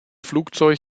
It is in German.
flugzeug